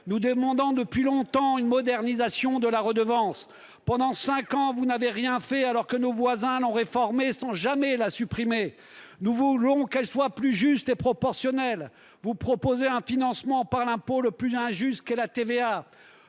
Nous demandons depuis longtemps une modernisation de la redevance. Pendant cinq ans, vous n'avez rien fait, alors que nos voisins l'ont réformée sans jamais la supprimer. Nous voulons qu'elle soit plus juste et proportionnelle ; vous proposez un financement par l'impôt le plus injuste, à savoir la TVA.